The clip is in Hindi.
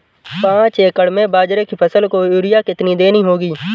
पांच एकड़ में बाजरे की फसल को यूरिया कितनी देनी होगी?